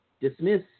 dismiss